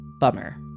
Bummer